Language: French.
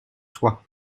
toi